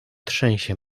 trzęsie